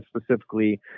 specifically